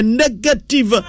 negative